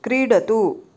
क्रीडतु